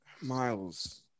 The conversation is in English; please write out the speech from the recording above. Miles